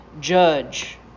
judge